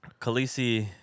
Khaleesi